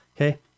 Okay